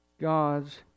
God's